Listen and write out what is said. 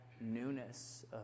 newness